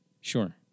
Sure